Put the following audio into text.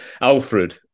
Alfred